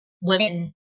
Women